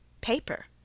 Paper